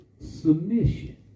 submission